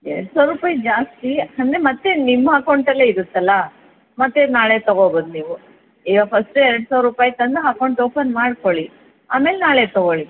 ಎರಡು ಸಾವಿರ ರೂಪಾಯಿ ಜಾಸ್ತಿ ಅಂದ್ರೆ ಮತ್ತು ನಿಮ್ಮ ಅಕೌಂಟಲ್ಲೆ ಇರುತ್ತಲ್ಲ ಮತ್ತೆ ನಾಳೆ ತಗೊಬೋದು ನೀವು ಈಗ ಫಸ್ಟ್ ಎರಡು ಸಾವಿರ ರೂಪಾಯಿ ತಂದು ಹಕೌಂಟ್ ಓಪನ್ ಮಾಡ್ಕೊಳ್ಳಿ ಆಮೇಲೆ ನಾಳೆ ತಗೊಳ್ಳಿ